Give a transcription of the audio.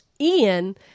Ian